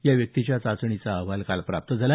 या व्यक्तीच्या चाचणीचा अहवाल काल प्राप्त झाला